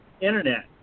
internet